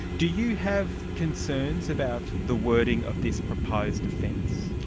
do you have concerns about the wording of this proposed offence?